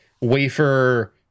wafer